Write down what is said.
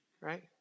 Right